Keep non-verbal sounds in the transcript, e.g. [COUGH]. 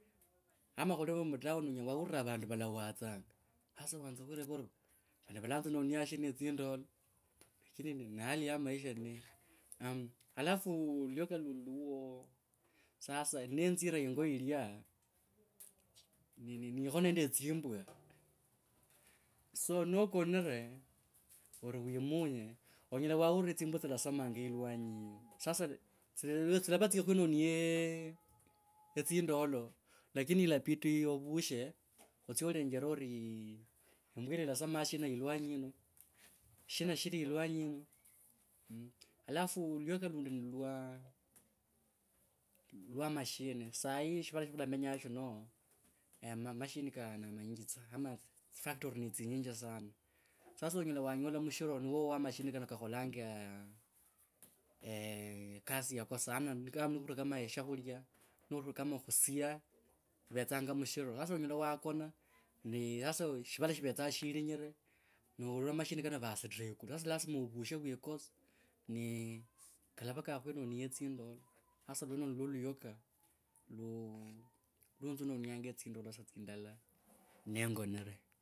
Ama khuli mutown onyola waura avandu valawatsanga hasa wanza khwireva ori, vano valanzinonia shina tsindolo, shichira yino na hali ya maisha niyo. [HESITATION] alafu luyoka lundi luwo. Sasa nenzire yingo yilya ni nini nikho nende tsimbwa tsilasamanga ilwanyi hio. Sasa tsilava tsikhwinonie, etsindolo, lakini ilapiti ovushe otsie olenjere ori yimbwa yino yilasamanga shina yilwanyi yino shina shili yilwanyi yino mmmh. Alafu luyoka lundi ni lwa, lwa mashini sahi shivala sha khulamenya shino, na, ma, mashini ka, na manyinji tsa, ama factory ne tsinyinji sana, sasa onyola wanyola mushiro niwo wa mashini kano kakholanga [HESITATION] kasi yako sana niko [HESITATION] kama kakholanga nori kama khusya. Ivetsanga mushaira sasa onyea wakona ni hasa ni shivala shivetsa shilinyre noura mashini kano vasitre ekulu. Sasa lasima ovushe wikose ni kalava kakhwinonia tsindolo, hasa lwenolo nilwo luyoka lu, lunzinonia tsindolo tsisaa tsindala nengonire.